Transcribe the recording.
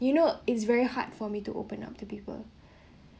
you know it's very hard for me to open up to people